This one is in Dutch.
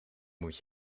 moet